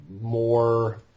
more